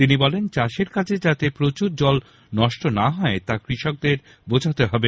তিনি বলেন চাষের কাজে যাতে প্রচুর জল নষ্ট না হয় তা কৃষকদের বোঝাতে হবে